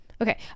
okay